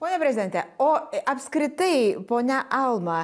pone prezidente o apskritai ponia alma